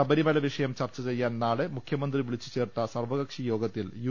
ശബരിമല വിഷയം ചർച്ചചെയ്യാൻ നാളെ മുഖ്യമന്ത്രി വിളി ച്ചുചേർത്ത സർവകക്ഷിയോഗത്തിൽ യു